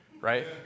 right